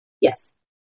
Yes